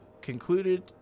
concluded